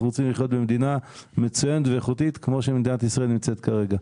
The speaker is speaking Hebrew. אנחנו רוצים לחיות במדינה מצוינת ואיכותית כמו שמדינת ישראל נמצאת כרגע.